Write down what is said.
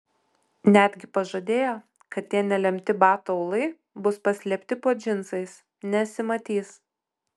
netgi pažadėjo kad tie nelemti batų aulai bus paslėpti po džinsais nesimatys